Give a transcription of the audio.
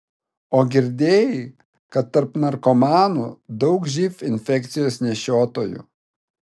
o girdėjai kad tarp narkomanų daug živ infekcijos nešiotojų